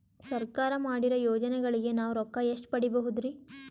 ಸರ್ಕಾರ ಮಾಡಿರೋ ಯೋಜನೆಗಳಿಗೆ ನಾವು ರೊಕ್ಕ ಎಷ್ಟು ಪಡೀಬಹುದುರಿ?